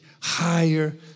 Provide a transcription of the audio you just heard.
higher